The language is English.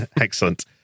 excellent